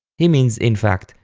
he means, in fact,